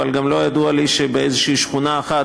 אבל גם לא ידוע לי שבאיזו שכונה אחת